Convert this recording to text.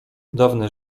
dawne